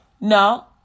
no